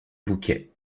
bouquet